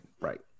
right